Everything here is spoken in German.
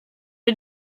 wir